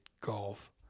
golf